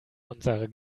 unserer